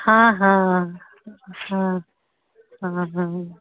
हँ हँ हूँ हँ हँ